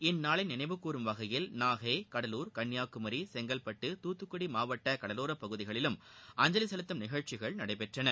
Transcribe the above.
இந்தநாளை நினைவுகூறும் வகையில் நாகை கடலூர் கன்னியாகுமரி செங்கல்பட்டு துத்துக்குடி மாவட்ட கடலோர பகுதிகளிலும் அஞ்சலி செலுத்தும் நிகழ்ச்சிகள் நடைபெற்றன